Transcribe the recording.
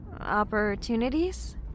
Opportunities